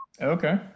Okay